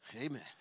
Amen